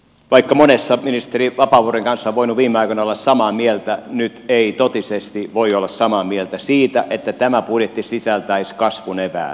vaikka monessa ministeri vapaavuoren kanssa on voinut viime aikoina olla samaa mieltä nyt ei totisesti voi olla samaa mieltä siitä että tämä budjetti sisältäisi kasvun eväät